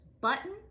Button